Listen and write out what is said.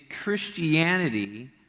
Christianity